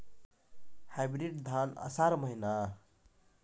Hybrid धान आषाढ़ महीना?